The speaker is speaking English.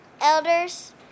elders